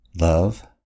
love